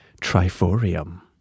triforium